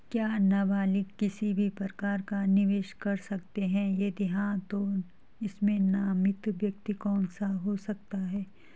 क्या नबालिग किसी भी प्रकार का निवेश कर सकते हैं यदि हाँ तो इसमें नामित व्यक्ति कौन हो सकता हैं?